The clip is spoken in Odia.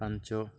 ପାଞ୍ଚ